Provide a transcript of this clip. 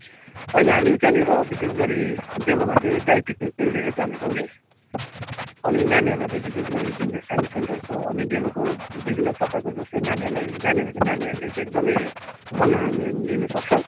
होइन हामी त्यहाँनेर विशेषगरी डेलोमा चाहिँ ड्राई पिकनिक नै लिएर जाँदैछौँ कि अनि नानीहरूलाई चाहिँ विशेषगरी जुन चाहिँ साइन्स सेन्टर छ अनि डेलोको विभिन्न प्रकारको जस्तै नानीहरूले जहाँनिर चाहिँ नानीहरूले एकदमै मनोरन्जन लिनुसक्छ